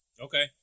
Okay